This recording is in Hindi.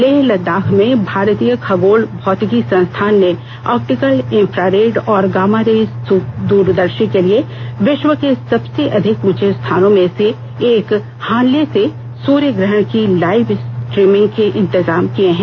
लेह लद्दाख में भारतीय खगोल भौतिकी संस्थान ने ऑक्टिकल इं फ्रारेड और गामा रे दूरदर्शी के लिए विश्व के सबसे अधिक ऊ चे स्थानों में से एक हानले से सूर्य ग्रहण की लाइव स्ट्र ीमिंग के इंतजाम किए हैं